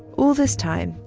all this time,